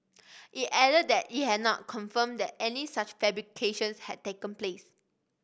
it added that it had not confirmed that any such fabrications had taken place